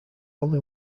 only